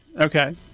Okay